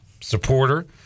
supporter